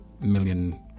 million